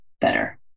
better